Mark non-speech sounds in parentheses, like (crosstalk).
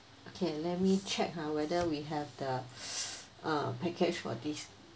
okay let me check ah whether we have the (breath) uh package for this